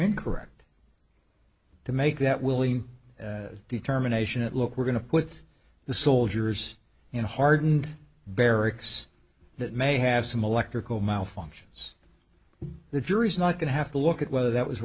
incorrect to make that willing determination look we're going to put the soldiers in hardened barracks that may have some molecular cool malfunctions the jury's not going to have to look at whether that was